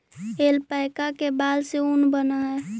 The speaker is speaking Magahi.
ऐल्पैका के बाल से ऊन बनऽ हई